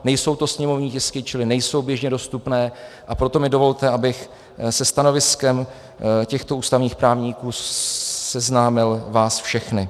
Nejsou to sněmovní tisky, čili nejsou běžně dostupné, a proto mi dovolte, abych se stanoviskem těchto ústavních právníků seznámil vás všechny.